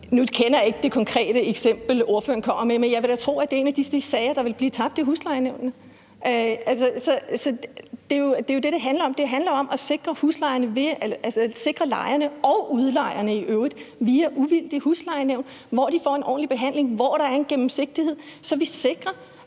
Nu kender jeg ikke det konkrete eksempel, ordføreren kommer med, men jeg vil da tro, at det er en af de sager, der vil blive tabt i huslejenævnet. Det er jo det, det handler om. Det handler om at sikre lejerne, og udlejerne i øvrigt, via uvildige huslejenævn, hvor de får en ordentlig behandling, og hvor der er gennemsigtighed, så vi sikrer,